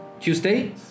Tuesday